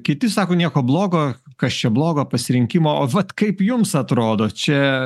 kiti sako nieko blogo kas čia blogo pasirinkimo o vat kaip jums atrodo čia